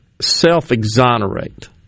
self-exonerate